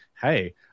hey